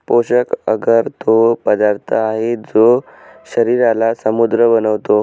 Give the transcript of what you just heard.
पोषक अगर तो पदार्थ आहे, जो शरीराला समृद्ध बनवतो